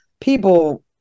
people